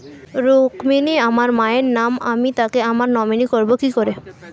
রুক্মিনী আমার মায়ের নাম আমি তাকে আমার নমিনি করবো কি করে?